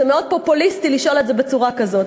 זה מאוד פופוליסטי לשאול את זה בצורה כזאת,